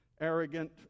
arrogant